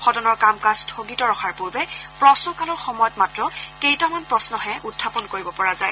সদনৰ কাম কাজ স্থগিতৰখাৰ পূৰ্বে প্ৰশ্নকালৰ সময়ত মাত্ৰ কেইটামান প্ৰশ্নহে উত্থাপন কৰিব পৰা যায়